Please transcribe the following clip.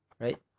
right